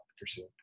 pursue